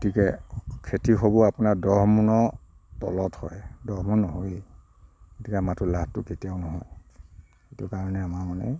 গতিকে খেতি হ'ব আপোনাৰ দহ মোনৰ তলত হয় দহ মোন নহয়েই গতিকে আমাৰটো লাভটো তেতিয়াও নহয় সেইটো কাৰণে আমাৰ মানে